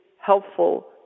helpful